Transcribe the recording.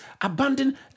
abandon